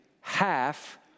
half